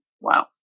Wow